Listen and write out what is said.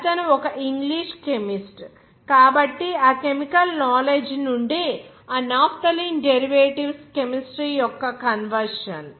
అతను ఒక English chemist కాబట్టి ఆ కెమికల్ నాలెడ్జి నుండి ఆ నాఫ్థలిన్ డెరివేటివ్స్ కెమిస్ట్రీ యొక్క కన్వర్షన్